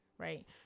Right